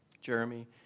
Jeremy